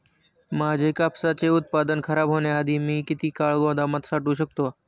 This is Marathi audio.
माझे कापसाचे उत्पादन खराब होण्याआधी मी किती काळ गोदामात साठवू शकतो?